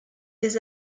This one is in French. des